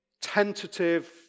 tentative